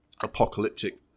apocalyptic